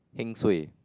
heng suay